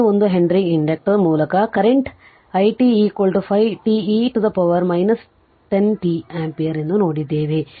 01 henry inductor ಮೂಲಕ ಕರೆಂಟ್ವು i t 5 t e ನ ಪವರ್ 10 t ಆಂಪಿಯರ್ ಎಂದು ನೋಡಿದ್ದೇವೆ